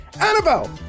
Annabelle